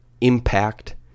impact